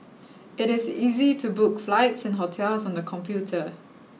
it is easy to book flights and hotels on the computer